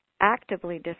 actively